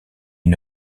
une